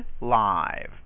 live